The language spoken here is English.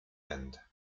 end